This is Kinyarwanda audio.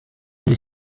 iri